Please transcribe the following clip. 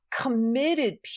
committed